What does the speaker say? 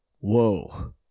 whoa